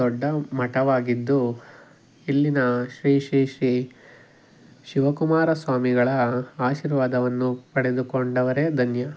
ದೊಡ್ಡ ಮಠವಾಗಿದ್ದು ಇಲ್ಲಿನ ಶ್ರೀ ಶ್ರೀ ಶ್ರೀ ಶಿವಕುಮಾರ ಸ್ವಾಮಿಗಳ ಆಶೀರ್ವಾದವನ್ನು ಪಡೆದುಕೊಂಡವರೇ ಧನ್ಯ